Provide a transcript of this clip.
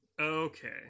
okay